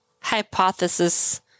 hypothesis